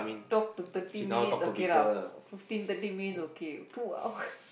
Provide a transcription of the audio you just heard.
talk to thirty minutes okay lah fifteen thirty minutes okay two hours